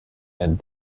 and